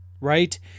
right